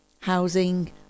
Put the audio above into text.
housing